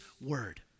word